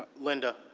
linda,